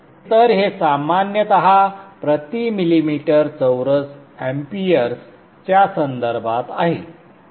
तर हे सामान्यत प्रति मिमी चौरस amps च्या संदर्भात आहे